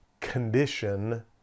condition